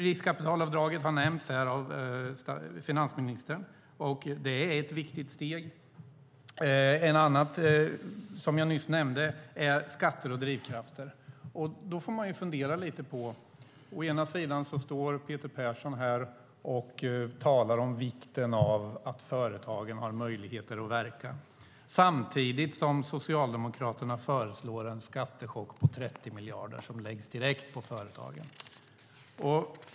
Riskkapitalavdraget har nämnts här av finansministern. Det är ett viktigt steg. En annan sak är skatter och drivkrafter, som jag nyss nämnde. Då kan man fundera lite. Å ena sidan står Peter Persson här och talar om vikten av att företagen har möjligheter att verka. Å andra sidan föreslår Socialdemokraterna en skattechock på 30 miljarder som läggs direkt på företagen.